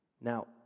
Now